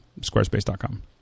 Squarespace.com